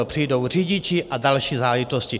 Přijdou řidiči a další záležitosti.